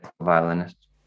violinist